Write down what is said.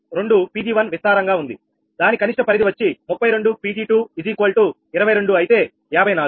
2 𝑃𝑔1 విస్తారంగా ఉంది దాని కనిష్ట పరిధి వచ్చి 32 𝑃𝑔222 అయితే 54 అవునా